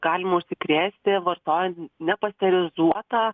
galima užsikrėsti vartojant nepasterizuotą